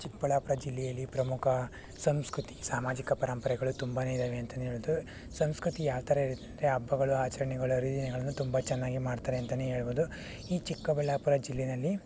ಚಿಕ್ಕಬಳ್ಳಾಪುರ ಜಿಲ್ಲೆಯಲ್ಲಿ ಪ್ರಮುಖ ಸಂಸ್ಕೃತಿ ಸಾಮಾಜಿಕ ಪರಂಪರೆಗಳು ತುಂಬನೇ ಇದ್ದಾವೆ ಅಂತಲೇ ಹೇಳಬಹುದು ಸಂಸ್ಕೃತಿ ಯಾವ ಥರ ಇರುತ್ತೆಂದ್ರೆ ಹಬ್ಬಗಳು ಆಚರಣೆಗಳು ಹರಿದಿನಗಳು ತುಂಬ ಚೆನ್ನಾಗೆ ಮಾಡ್ತಾರೆ ಅಂತಲೇ ಹೇಳಬಹುದು ಈ ಚಿಕ್ಕಬಳ್ಳಾಪುರ ಜಿಲ್ಲೆಯಲ್ಲಿ